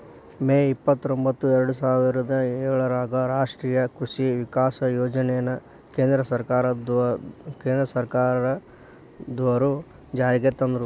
ಮೇ ಇಪ್ಪತ್ರೊಂಭತ್ತು ಎರ್ಡಸಾವಿರದ ಏಳರಾಗ ರಾಷ್ಟೇಯ ಕೃಷಿ ವಿಕಾಸ ಯೋಜನೆನ ಕೇಂದ್ರ ಸರ್ಕಾರದ್ವರು ಜಾರಿಗೆ ತಂದ್ರು